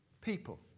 people